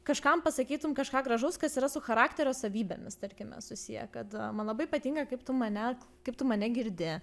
kažkam pasakytum kažką gražaus kas yra su charakterio savybėmis tarkime susiję kad man labai patinka kaip tu mane kaip tu mane girdi